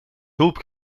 hulp